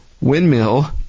windmill